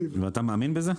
ואתה מאמין בזה?